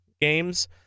games